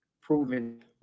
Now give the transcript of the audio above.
proven